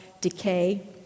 decay